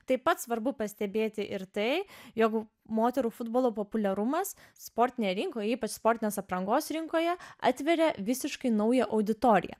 taip pat svarbu pastebėti ir tai jog moterų futbolo populiarumas sportinėj rinkoj ypač sportinės aprangos rinkoje atveria visiškai naują auditoriją